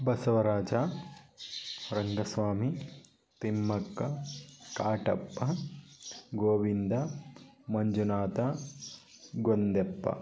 Basavaraj Rangaswamy Thimmakka Katappa Govinda Manjunatha Gondyappa